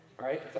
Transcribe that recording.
right